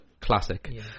classic